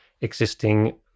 existing